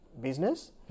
business